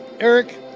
Eric